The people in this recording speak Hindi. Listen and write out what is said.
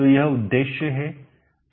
तो यह उद्देश्य है